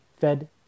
Fed